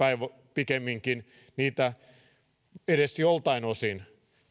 pikemminkin edes joiltain osin